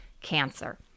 cancer